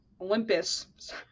Olympus